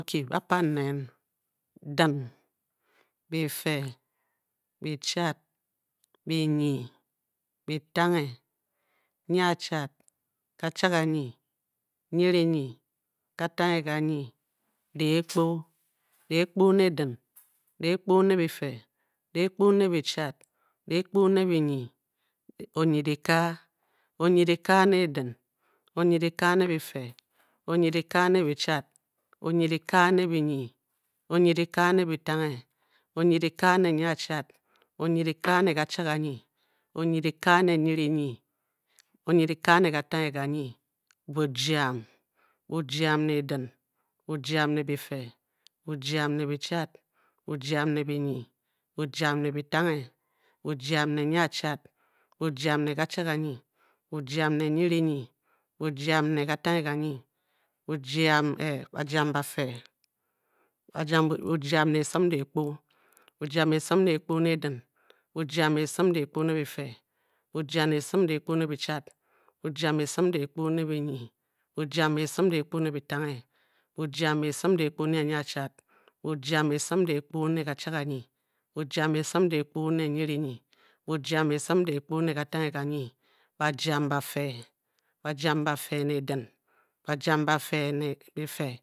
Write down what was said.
Bokyi ba-pan n neen din, byifee byichat byinyii, byitakye, nyachat, kachat kanyii, nyinyi nyii, katange kanyii diikpu, diikpu ne di diikpu ne byifee, diikpu ne byichat, diikpu ne byinyii, onyinyi ka, onyinyi ka ne din, onyinyike ne byi fee, onyinyi ka ne byi chat, onyinyika ne byinyii, bujam, bujem ne din, bujam ne byifee, bujem ne byichet, bujam esim etange, bujam, esin nyatchat, bujam esim kachat kanyi, bujam esim nyinyinyi bujam esim kadenge kanyi, bujan esim diikpu bujam esim diikpu ne din, bujam esim diikpu ne efee, bujam esim diikpu ne echat, bujam esim diikpu ne enyii, biyam esim diikpu ne etange, bujam esim diikpu ne nyachat, biyam esim diikpu ne ka chat kanyii buyam esim diikpu ne nyinyinyi, bujam esim diikpu ne katange kanyii bajam bafee bajam bafee ne dim bijam bafee ne byifee